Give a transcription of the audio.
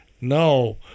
No